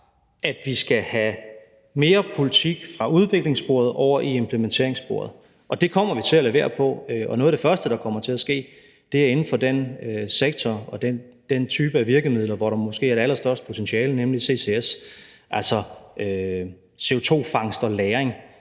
at vi skal have mere politik fra udviklingssporet over i implementeringssporet, og det kommer vi til at levere på. Og et af de første områder, hvor det kommer til at ske, er inden for den sektor og den type af virkemidler, hvor der måske er det allerstørste potentiale, nemlig ccs, altså CO2-fangst og -lagring.